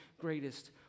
greatest